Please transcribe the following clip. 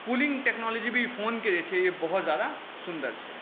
आओर cooling technology फोनके जे छै से बहुत ज्यादा सुन्दर छै